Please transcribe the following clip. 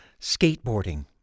Skateboarding